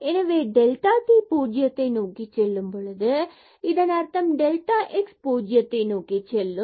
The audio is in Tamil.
எனவே டெல்டா t பூஜ்ஜியத்தை நோக்கி செல்லும் பொழுது இதன் அர்த்தம் டெல்டா x பூஜ்ஜியத்தை நோக்கிச் செல்லும்